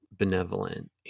benevolent